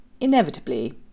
inevitably